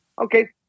okay